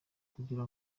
kugira